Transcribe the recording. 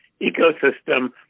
ecosystem